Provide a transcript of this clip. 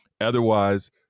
Otherwise